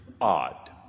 odd